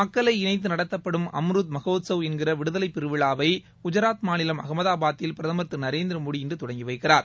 மக்களை இணைத்து நடத்தப்படும் அம்ருத் மகோட்சவ் என்கிற விடுதலைப் பெருவிழாவை குஜாத் மாநிலம் அகமதாபாத்தில் பிரதமர் திரு நரேந்திர மோடி இன்று தொடங்கி வைக்கிறார்